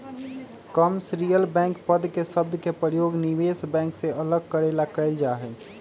commercial bank पद के शब्द के प्रयोग निवेश बैंक से अलग करे ला कइल जा हई